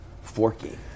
forky